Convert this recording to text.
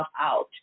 out